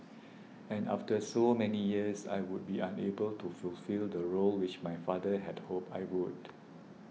and after so many years I would be unable to fulfil the role which my father had hoped I would